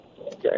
Okay